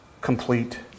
complete